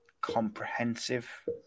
comprehensive